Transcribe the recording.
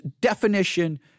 definition